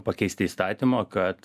pakeisti įstatymą kad